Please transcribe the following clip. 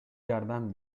жардам